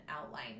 outline